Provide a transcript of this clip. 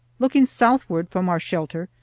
looking southward from our shelter,